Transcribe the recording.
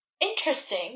Interesting